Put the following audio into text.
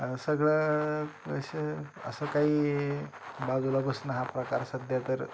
सगळं कसं असं काही बाजूला बसणं हा प्रकार सध्या तर